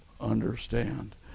understand